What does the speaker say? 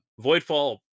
Voidfall